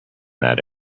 that